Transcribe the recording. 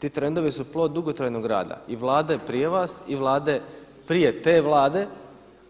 Ti trendovi su plod dugotrajnog rada i Vlade prije vas i Vlade prije te Vlade